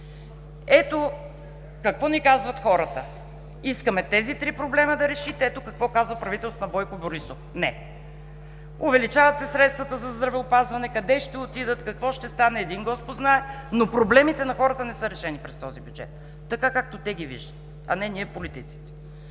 Ето какво ни казват хората: „Искаме да решите тези три проблема!“. Какво казва правителството на Бойко Борисов? – „Не!“ Увеличават се средствата за здравеопазване – къде ще отидат, какво ще стане, един господ знае! Проблемите на хората не са решени през този бюджет така, както те ги виждат, а не ние политиците.